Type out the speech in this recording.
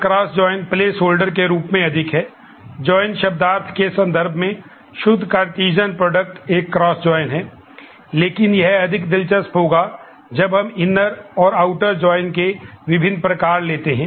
cross join के विभिन्न प्रकार लेते हैं